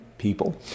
people